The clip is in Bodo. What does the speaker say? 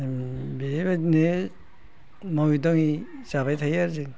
बेबायदिनो मावै दाङै जाबाय थायो आरो जों